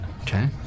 Okay